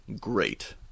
great